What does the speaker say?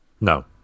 No